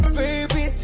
baby